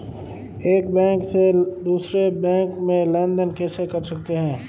एक बैंक से दूसरे बैंक में लेनदेन कैसे कर सकते हैं?